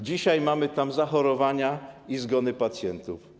Dzisiaj mamy tam zachorowania i zgony pacjentów.